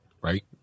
right